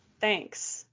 Thanks